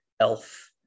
Elf